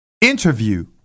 interview